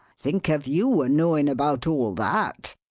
think of you a-knowin' about all that!